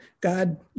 God